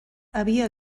havia